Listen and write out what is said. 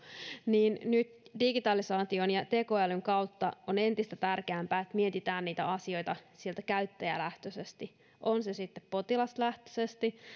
niin nyt digitalisaation ja tekoälyn kautta on entistä tärkeämpää että mietitään asioita käyttäjälähtöisesti on se sitten potilaslähtöisesti